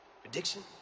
Prediction